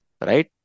right